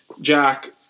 Jack